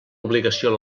obligació